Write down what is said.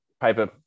paper